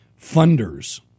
funders